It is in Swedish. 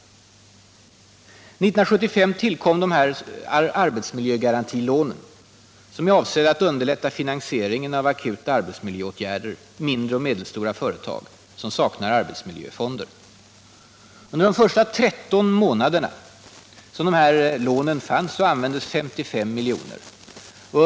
1975 tillkom arbetsmiljögarantilånen som är avsedda att underlätta finansieringen av akuta arbetsmiljöåtgärder i mindre och medelstora företag som saknar arbetsmiljöfonder. Under de första 13 månaderna som lånen fanns användes 55 milj.kr.